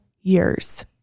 years